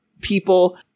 people